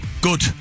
Good